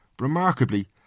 Remarkably